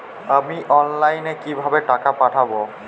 আমি অনলাইনে কিভাবে টাকা পাঠাব?